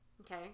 Okay